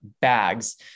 bags